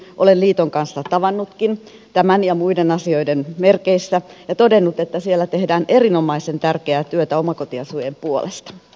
olen liiton kanssa tavannutkin tämän ja muiden asioiden merkeissä ja todennut että siellä tehdään erinomaisen tärkeää työtä omakotiasujien puolesta